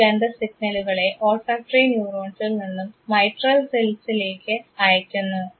ഈ ഗന്ധസിഗ്നലുകളെ ഓൾഫാക്ടറി ന്യൂറോൺസിൽ നിന്നും മൈട്രൽ സെൽസിലേക്ക് അയക്കുന്നു